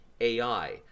AI